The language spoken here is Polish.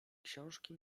książki